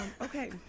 okay